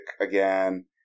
again